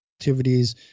activities